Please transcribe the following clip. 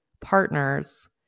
partners